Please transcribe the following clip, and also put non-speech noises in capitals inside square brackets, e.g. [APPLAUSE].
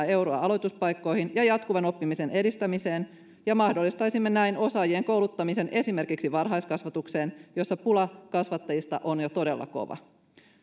[UNINTELLIGIBLE] euroa aloituspaikkoihin ja jatkuvan oppimisen edistämiseen ja mahdollistaisimme näin osaajien kouluttamisen esimerkiksi varhaiskasvatukseen jossa pula kasvattajista on jo todella kova